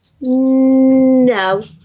no